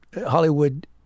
Hollywood